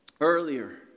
earlier